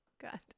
god